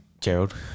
Gerald